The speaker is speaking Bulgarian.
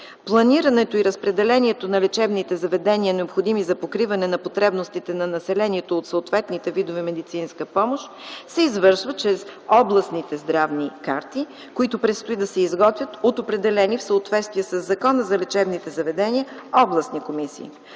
Планирането и разпределението на лечебните заведения, необходими за покриване на потребностите на населението от съответните видове медицинска помощ, се извършва чрез областните здравни каси, които предстои да се изготвят от определени в съответствие със Закона за лечебните заведения областни комисии.